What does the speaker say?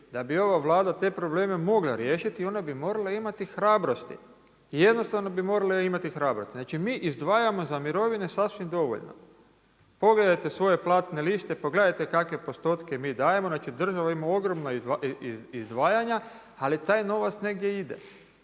Da bi ova Vlada te probleme mogla riješiti, ona bi morala imati hrabrosti i jednostavno bi morala imati hrabrosti. Znači mi izdvajamo za mirovine sasvim dovoljno. Pogledajte svoje platne liste, pa gledajte kakve postotke mi dajemo, znači država ima ogromna izdvajanja, ali taj novac negdje ide.